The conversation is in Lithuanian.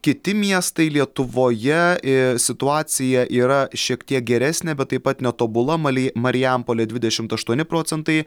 kiti miestai lietuvoje ee situacija yra šiek tiek geresnė bet taip pat netobula mali marijampolė dvidešimt aštuoni procentai